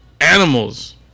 animals